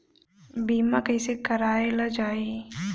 बीमा कैसे कराएल जाइ?